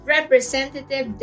Representative